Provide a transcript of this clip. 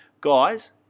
guys